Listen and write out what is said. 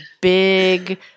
big